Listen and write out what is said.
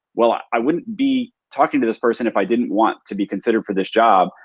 well, i i wouldn't be talking to this person if i didn't want to be considered for this job,